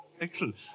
Excellent